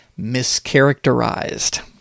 mischaracterized